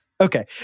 okay